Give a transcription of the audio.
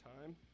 time